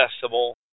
festival